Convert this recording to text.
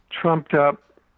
trumped-up